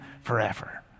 forever